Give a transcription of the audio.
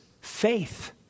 faith